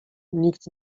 nikt